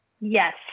Yes